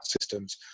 systems